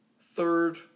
Third